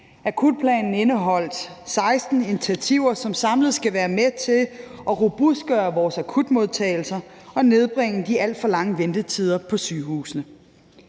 Akutplanen indeholder 16 initiativer, som samlet skal være med til at robustgøre vores akutmodtagelser og nedbringe de alt for lange ventetider på sygehusene.